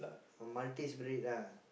a Maltese breed ah